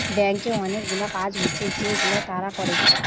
ব্যাংকে অনেকগুলা কাজ হচ্ছে যেগুলা তারা করে